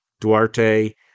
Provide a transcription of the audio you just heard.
Duarte